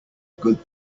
good